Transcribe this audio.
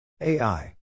AI